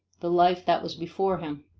the life that was before him.